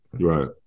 Right